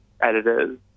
editors